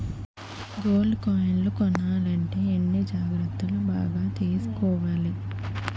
gold కాయిన్లు కొనాలంటే అన్ని జాగ్రత్తలు బాగా తీసుకోవాలి